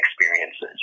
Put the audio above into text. experiences